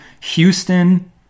Houston